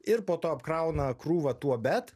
ir po to apkrauna krūva tuo bet